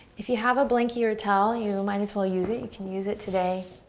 if you have a blanky or a towel, you might as well use it. you can use it today